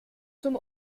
zum